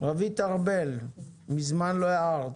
רווית ארבל, מזמן לא הערת.